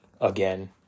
again